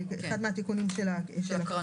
הוא אחד התיקונים של הקרנות.